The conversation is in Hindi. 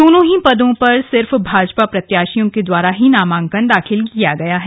दोनों ही पदों पर सिर्फ भाजपा प्रत्याशियों के द्वारा ही नामांकन दाखिल किया गया है